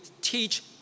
teach